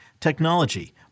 technology